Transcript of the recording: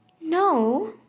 No